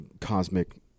cosmic